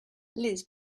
liz